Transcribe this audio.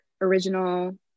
original